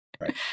Right